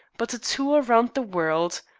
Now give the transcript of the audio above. but a tour round the world.